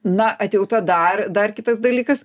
na atjauta dar dar kitas dalykas